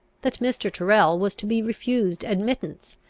that mr. tyrrel was to be refused admittance,